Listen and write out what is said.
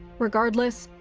regardless,